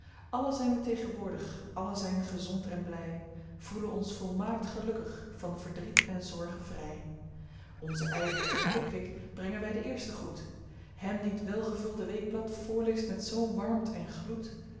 allen zijn we tegenwoordig allen zijn gezond en blij voelen ons volmaakt gelukkig van verdriet en zorgen vrij onzen ijverigen pickwick brengen wij den eersten groet hem die t welgevulde weekblad voorleest met zoo'n warmt en gloed